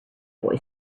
boy